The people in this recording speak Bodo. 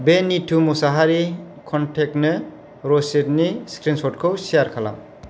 बे निथु मसारि कनटेक्टनो रसिदनि स्क्रिनस'टखौ सेयार खालाम